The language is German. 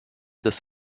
des